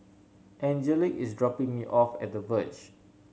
Angelic is dropping me off at The Verge